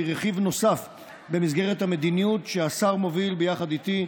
והיא רכיב נוסף במסגרת המדיניות שהשר מוביל ביחד איתי,